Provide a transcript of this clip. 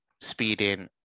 speeding